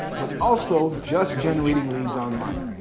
but also just generating leads online.